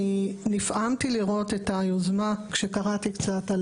אני נפעמתי לראות את היוזמה כשקראתי קצת על,